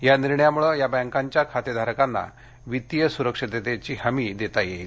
या निर्णयामुळे या बैंकांच्या खातेधारकांना वित्तीय सुरक्षिततेची हमी देता येईल